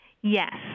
Yes